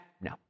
No